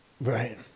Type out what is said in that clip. right